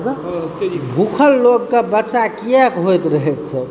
भूखल लोकके बच्चा किएक होइत रहैत छैक